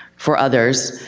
for others,